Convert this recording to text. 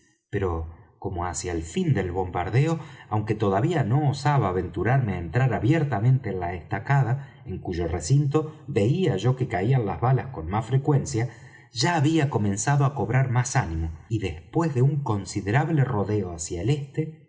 pero como hacia el fin del bombardeo aunque todavía no osaba aventurarme á entrar abiertamente en la estacada en cuyo recinto veía yo que caían las balas con más frecuencia ya había comenzado á cobrar más ánimo y después de un considerable rodeo hacia el este